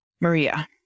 Maria